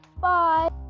Bye